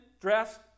dress